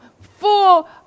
full